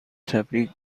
تبریک